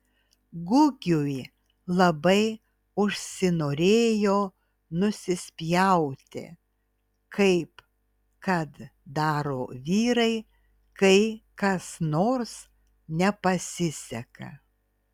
gugiui labai užsinorėjo nusispjauti kaip kad daro vyrai kai kas nors nepasiseka